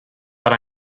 but